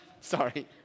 Sorry